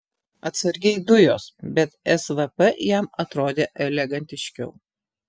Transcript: atsargiai dujos bet svp jam atrodė elegantiškiau